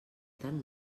tan